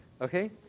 Okay